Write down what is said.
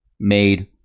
made